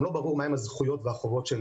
גם לא ברור מה הן הזכויות והחובות של